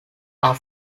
are